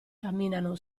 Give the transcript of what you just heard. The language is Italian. camminano